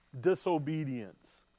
disobedience